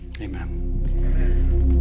Amen